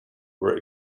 were